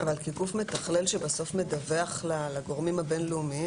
אבל כגוף מתכלל שבסוף מדווח לגורמים הבין-לאומיים,